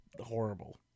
horrible